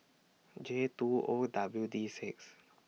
J two O W D six